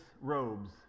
robes